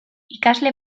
ikasle